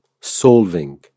solving